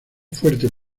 fuerte